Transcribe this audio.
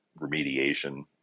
remediation